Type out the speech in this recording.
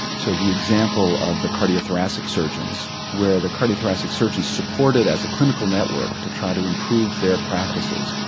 so the example of the cardiothoracic surgeons where the cardiothoracic surgeons supported as a clinical network to try to improve their practices,